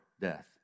death